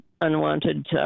unwanted